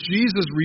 Jesus